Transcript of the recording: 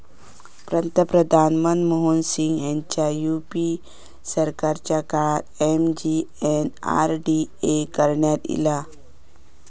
पंतप्रधान मनमोहन सिंग ह्यांच्या यूपीए सरकारच्या काळात एम.जी.एन.आर.डी.ए करण्यात ईला